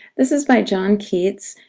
this is by john keats.